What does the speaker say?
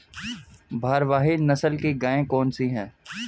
भारवाही नस्ल की गायें कौन सी हैं?